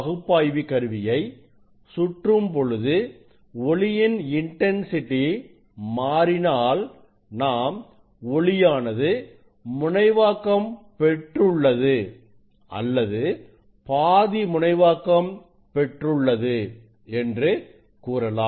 பகுப்பாய்வி கருவியை சுற்றும் பொழுதுஒளியின் இன்டன்சிட்டி மாறினால் நாம் ஒளியானது முனைவாக்கம் பெற்றுள்ளது அல்லது பாதி முனைவாக்கம் பெற்றுள்ளது என்று கூறலாம்